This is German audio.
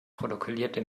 protokollierte